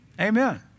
Amen